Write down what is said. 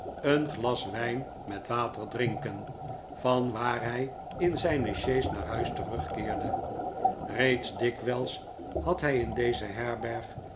een glas wijn met water drinken van waar hij in zijne sjees naar huis terugkeerde reeds dikwijls had hij in deze herberg